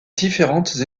différentes